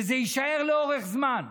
וזה יישאר לאורך זמן,